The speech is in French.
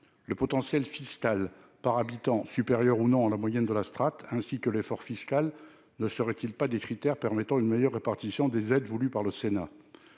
le potentiel fiscal par habitant supérieur ou non à la moyenne de la strate ainsi que l'effort fiscal ne serait-il pas des critères permettant une meilleure répartition des aides voulues par le Sénat